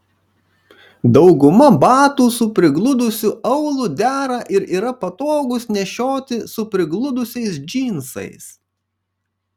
dauguma batų su prigludusiu aulu dera ir yra patogūs nešioti su prigludusiais džinsais